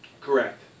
Correct